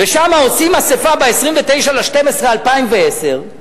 ועושים שם אספה ב-29 בדצמבר 2010,